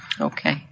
Okay